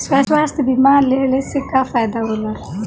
स्वास्थ्य बीमा लेहले से का फायदा होला?